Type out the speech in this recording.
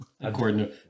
according